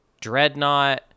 Dreadnought